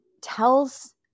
tells